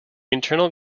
internal